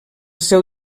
seu